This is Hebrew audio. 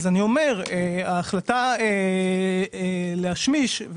ההחלטה להשמיש,